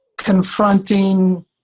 Confronting